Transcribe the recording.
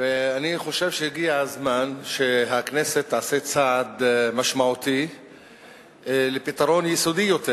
אני חושב שהגיע הזמן שהכנסת תעשה צעד משמעותי לפתרון יסודי יותר.